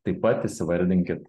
taip pat įsivardinkit